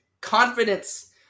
confidence